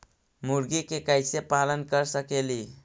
मुर्गि के कैसे पालन कर सकेली?